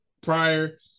prior